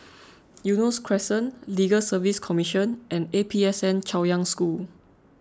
Eunos Crescent Legal Service Commission and A P S N Chaoyang School